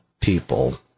people